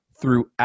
throughout